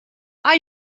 are